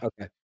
Okay